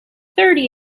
thirty